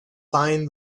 find